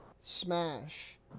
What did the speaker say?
Smash